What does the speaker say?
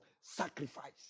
sacrifice